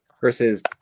versus